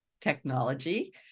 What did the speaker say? technology